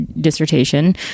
dissertation